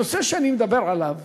הנושא שאני מדבר עליו,